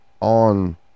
on